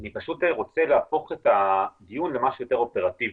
אני רוצה להפוך את הדיון למשהו יותר אופרטיבי.